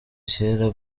kera